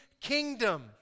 kingdom